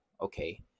okay